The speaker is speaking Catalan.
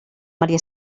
maria